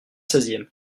seizième